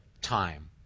time